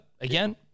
again